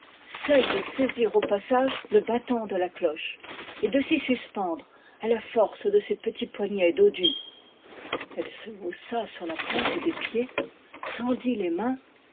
celle de saisir au passage le battant de la cloche et de s'y suspen dre à la force de ses petits poignets dodus elle se haussa sur la pointe des pieds tendit les mains